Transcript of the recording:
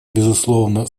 безусловно